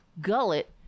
gullet